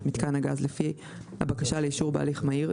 מיתקן הגז לפי הבקשה לאישור בהליך מהיר,